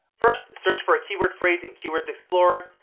first, search for a keyword phrase in keywords explorer.